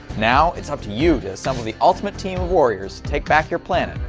now it's up to you to assemble the ultimate team of warriors take back your planet.